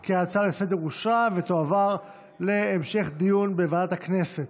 כי ההצעה לסדר-היום אושרה ותועבר להמשך דיון בוועדת הכנסת.